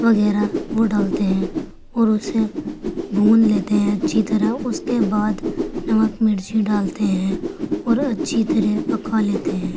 وغیرہ وہ ڈالتے ہیں اور اسے بھون لیتے ہیں اچھی طرح اس کے بعد نمک مرچی ڈالتے ہیں اور اچھی طرح پکا لیتے ہیں